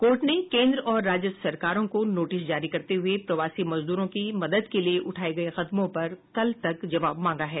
court ने केन्द्र और राज्य सरकारके को नोटिस जारी करते हुये प्रवासी मजदूरों की मदद के लिए उठाये गये कदमों पर कल तक जवाब मांगा है